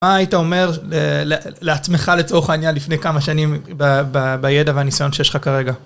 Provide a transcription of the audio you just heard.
מה היית אומר לעצמך לצורך העניין לפני כמה שנים בידע והניסיון שיש לך כרגע?